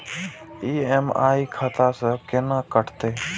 EMI खाता से केना कटते?